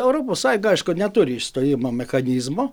europos sąjunga aišku neturi išstojimo mechanizmo